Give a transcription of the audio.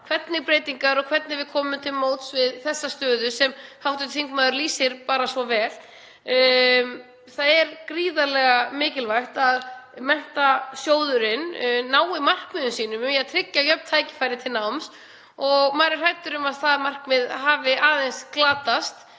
þess ramma í því hvernig við komum til móts við þessa stöðu sem hv. þingmaður lýsir svo vel. Það er gríðarlega mikilvægt að Menntasjóðurinn nái markmiðum sínum um að tryggja jöfn tækifæri til náms og maður er hræddur um að það markmið hafi aðeins glatast